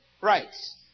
rights